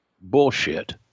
bullshit